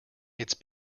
its